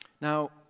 Now